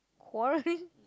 quarreling